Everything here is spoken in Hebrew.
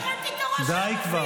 לא הרמתי את הראש